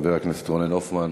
חבר הכנסת רונן הופמן,